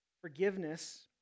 forgiveness